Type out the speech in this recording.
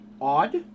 odd